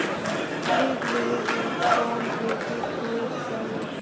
ऋण लेहे बर कौन क्रेडिट होयक चाही?